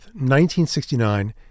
1969